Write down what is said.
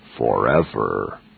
Forever